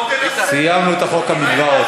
סיימנו את חוק המקוואות.